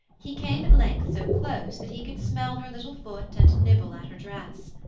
he came at length so close that he could smell her little foot and nibble at her dress.